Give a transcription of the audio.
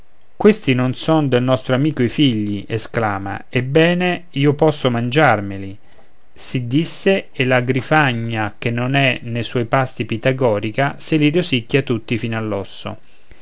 questi non son del nostro amico i figli esclama e bene io posso mangiarmeli sì disse e la grifagna che non è ne suoi pasti pitagorica se li rosicchia tutti fino